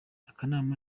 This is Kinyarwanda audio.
akanama